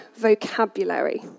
vocabulary